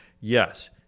yes